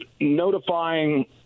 notifying